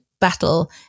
battle